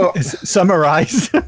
summarize